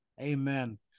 amen